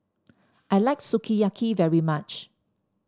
I like Sukiyaki very much